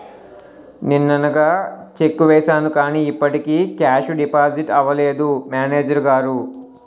నిన్ననగా చెక్కు వేసాను కానీ ఇప్పటికి కేషు డిపాజిట్ అవలేదు మేనేజరు గారు